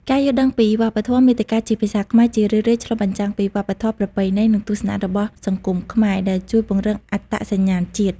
ការយល់ដឹងពីវប្បធម៌ មាតិកាជាភាសាខ្មែរជារឿយៗឆ្លុះបញ្ចាំងពីវប្បធម៌ ប្រពៃណី និងទស្សនៈរបស់សង្គមខ្មែរ ដែលជួយពង្រឹងអត្តសញ្ញាណជាតិ។